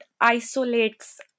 isolates